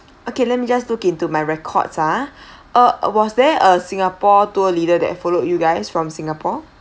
okay let me just look into my record ah uh was there a singapore tour leader that followed you guys from singapore